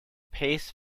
pace